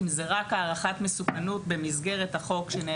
אם זאת רק הערכת מסוכנות שנערכה קודם במסגרת החוק,